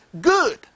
good